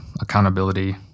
accountability